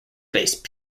based